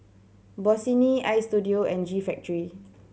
Bossini Istudio and G Factory